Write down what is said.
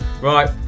Right